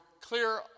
clear